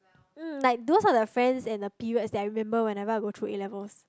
mm like those are the friends and the periods I remember whenever I go through A-levels